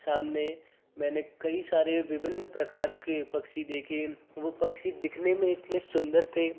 सामने मैंने कई सारे विभिन्न प्रकार के पक्षी देखें वो पक्षी दिखने मे इतने सुंदर थे